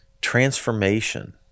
transformation